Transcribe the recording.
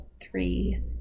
three